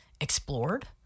explored